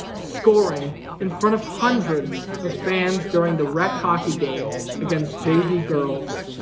scoring in front of hundreds of fans during the rec hockey game against jv girls,